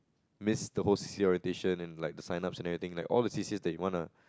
missed the whole C_C_A orientation and like the sign ups and everything like all the C_C_As you want lah